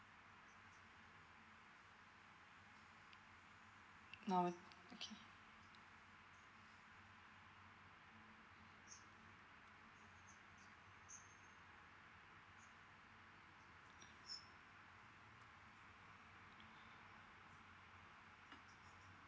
normal okay